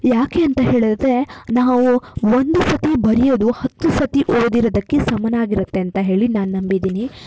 ಯಾಕೆ ಅಂತ ಹೇಳಿದರೆ ನಾವು ಒಂದು ಸರ್ತಿ ಬರೆಯೋದು ಹತ್ತು ಸರ್ತಿ ಓದಿರೋದಕ್ಕೆ ಸಮನಾಗಿರುತ್ತೆಂತ ಹೇಳಿ ನಾನು ನಂಬಿದ್ದೀನಿ